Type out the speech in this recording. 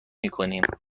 میکنیم